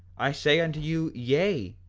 i say unto you, yea,